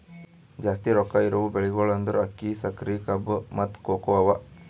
ಜಾಸ್ತಿ ರೊಕ್ಕಾ ಇರವು ಬೆಳಿಗೊಳ್ ಅಂದುರ್ ಅಕ್ಕಿ, ಸಕರಿ, ಕಬ್ಬು, ಮತ್ತ ಕೋಕೋ ಅವಾ